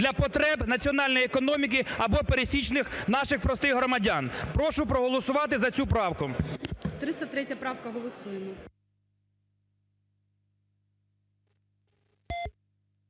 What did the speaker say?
для потреб національної економіки або пересічних наших простих громадян. Прошу проголосувати за цю правку.